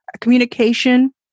communication